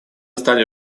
стали